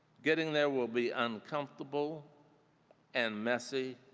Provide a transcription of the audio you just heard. getting there will be uncomfortable and messy